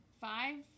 five